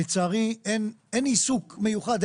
שלצערי הרב אין עיסוק מיוחד,